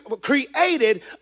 created